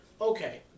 okay